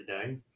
today